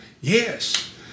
Yes